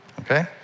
Okay